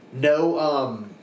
No